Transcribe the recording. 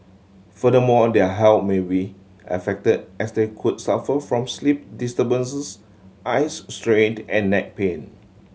furthermore their health may be affected as they could suffer from sleep disturbances eyes strained and neck pain